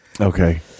Okay